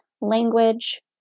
language